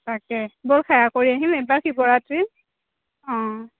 তাকে ব'ল সেৱা কৰি আহিম এইবাৰ শিৱৰাত্ৰিৰ অঁ